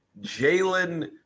Jalen